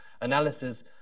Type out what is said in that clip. analysis